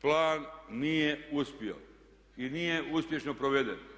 plan nije uspio i nije uspješno proveden.